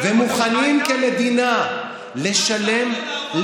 ומוכנים כמדינה לשלם,